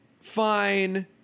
fine